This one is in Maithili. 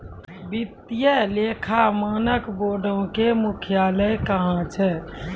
वित्तीय लेखा मानक बोर्डो के मुख्यालय कहां छै?